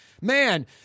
man